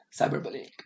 cyberbullying